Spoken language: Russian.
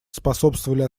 способствовали